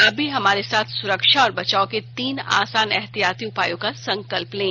आप भी हमारे साथ सुरक्षा और बचाव के तीन आसान एहतियाती उपायों का संकल्प लें